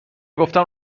گفتم